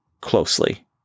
closely